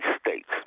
states